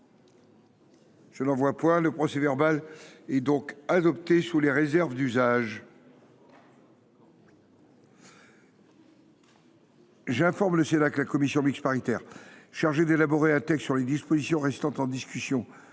d’observation ?… Le procès verbal est adopté sous les réserves d’usage. J’informe le Sénat que la commission mixte paritaire chargée d’élaborer un texte sur les dispositions restant en discussion